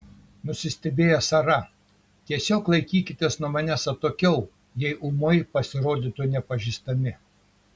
nusistebėjo sara tiesiog laikykitės nuo manęs atokiau jei ūmai pasirodytų nepažįstami